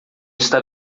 está